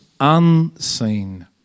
unseen